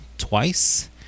twice